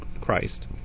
Christ